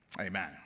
Amen